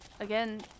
Again